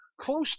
close